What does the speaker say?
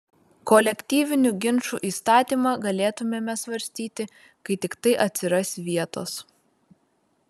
kolektyvinių ginčų įstatymą galėtumėme svarstyti kai tiktai atsiras vietos